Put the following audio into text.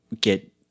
get